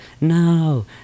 No